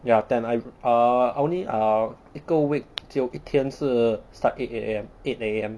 ya ten I err I only err 一个 week 只有一天是 start eight A_M eight A_M